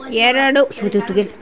ಎರಡು